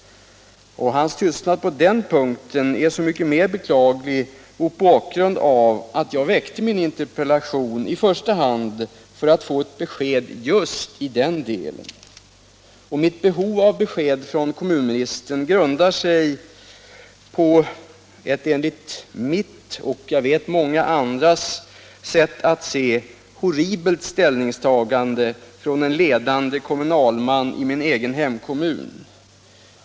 Hans tystnad på den punkten är så mycket mer beklaglig mot bakgrund av att jag väckte min interpellation i första hand för att få besked just i denna del. Mitt behov av besked från kommunministern grundar sig på ett enligt mitt — och jag vet många andras — sätt att se horribelt ställningstagande från en ledande kommunalman i min egen hemkommun.